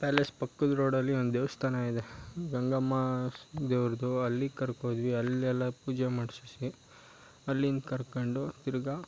palace ಪಕ್ಕದ ರೋಡಲ್ಲಿ ಒಂದು ದೇವಸ್ಥಾನ ಇದೆ ಗಂಗಮ್ಮ ದೇವ್ರದ್ದು ಅಲ್ಲಿ ಕರ್ಕೋದ್ವಿ ಅಲ್ಲಿ ಎಲ್ಲ ಪೂಜೆ ಮಾಡಿಸಿಸಿ ಅಲ್ಲಿಂದ ಕರ್ಕೊಂಡು ತಿರುಗಾ